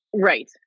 right